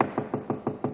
חברים.